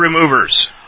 Removers